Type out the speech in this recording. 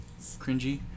cringy